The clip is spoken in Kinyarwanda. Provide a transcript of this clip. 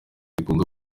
zikunda